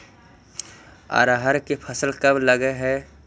अरहर के फसल कब लग है?